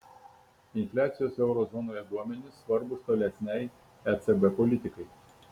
infliacijos euro zonoje duomenys svarbūs tolesnei ecb politikai